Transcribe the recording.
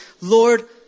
Lord